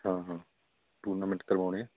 ਹਾਂ ਹਾਂ ਟੂਰਨਾਮੈਂਟ ਕਰਵਾਉਂਦੇ ਹਾਂ